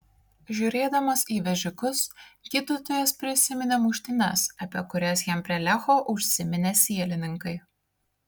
žiūrėdamas į vežikus gydytojas prisiminė muštynes apie kurias jam prie lecho užsiminė sielininkai